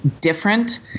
different